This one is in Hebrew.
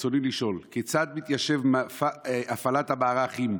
רצוני לשאול: 1. כיצד מתיישבת הפעלת המערך עם,